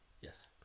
Yes